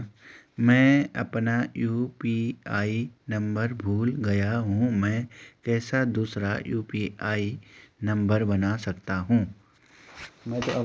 मैं अपना UPI number भूल गया हूँ मैं कैसे दूसरा यु.पी.आई नम्बर बना सकता हूँ?